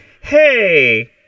hey